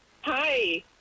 Hi